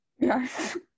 Yes